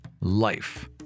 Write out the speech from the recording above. life